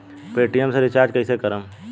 Paytm से recharge कईसे करम?